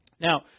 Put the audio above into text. Now